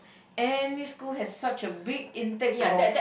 any school has such a big intake for